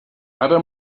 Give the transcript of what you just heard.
ara